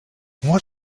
what